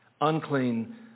unclean